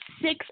six